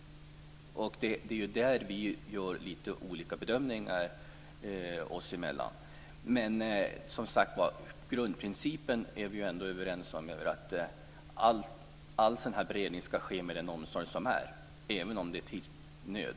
Det är där vi gör lite olika bedömningar oss emellan. Som sagt: Grundprincipen är vi överens om, att all beredning skall ske med all omsorg även om det är tidsnöd.